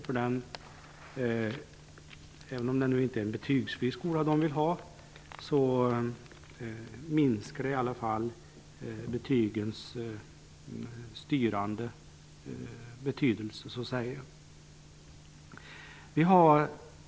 Även om man där inte föreslår en betygsfri skola vill man ändå minska betygens styrande betydelse.